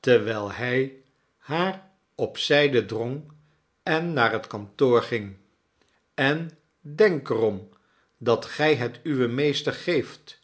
terwijl hij haar op zijde drong en naar het kantoor ging en denk er om dat gij het uwen meester geeft